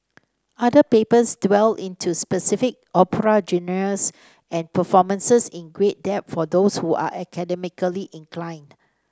other papers dwell into specific opera genres and performances in great depth for those who are academically inclined